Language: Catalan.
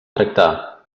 tractar